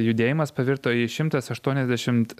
judėjimas pavirto į šimtas aštuoniasdešimt